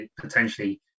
potentially